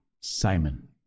Simon